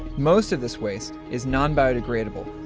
most of this waste is non-biodegradable.